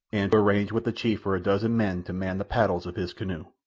and arrange with the chief for a dozen men to man the paddles of his canoe.